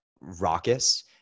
raucous